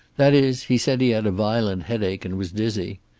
that is, he said he had a violent headache and was dizzy.